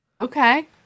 okay